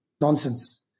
nonsense